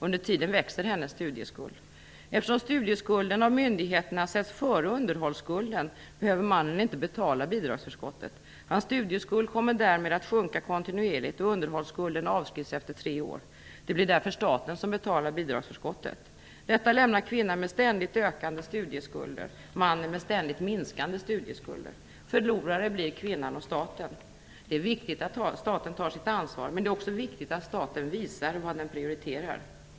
Under tiden växer hennes studieskuld. Eftersom studieskulden av myndigheterna sätts före underhållsskulden behöver mannen inte betala bidragsförskottet. Hans studieskuld kommer därmed att sjunka kontinuerligt, och underhållsskulden avskrivs efter tre år. Det blir därför staten som betalar bidragsförskottet. Detta lämnar kvinnan med ständigt ökande studieskulder och mannen med ständigt minskande studieskulder. Förlorare blir kvinnan och staten. Det är viktigt att staten tar sitt ansvar, men det är också viktigt att staten visar vad den prioriterar.